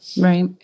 Right